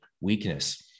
weakness